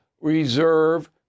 reserve